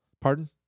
Pardon